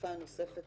שהתקופה הנוספת